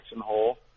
Hole